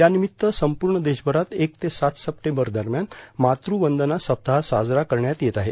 त्यानिमित्त संपूर्ण देशभरात एक ते सात सप्टेंबर दरम्यान मातृ वंदना सप्ताह साजरा करण्यात येत आहे